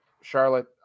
Charlotte